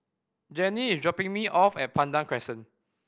Jenny is dropping me off at Pandan Crescent